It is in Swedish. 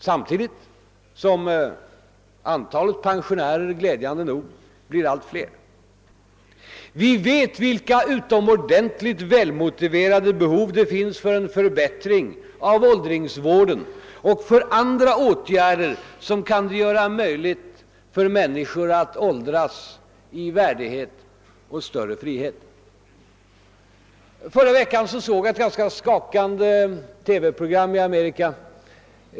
Samtidigt blir antalet pensionärer glädjande nog allt fler. Vi vet vilka utomordentligt välmotiverade behov det finns av en förbättring av åldringsvården och av andra åtgärder som kan göra det möjligt för människor att åldras i värdighet och större frihet. Förra veckan såg jag ett ganska skakande TV-program i Amerika.